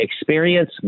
experience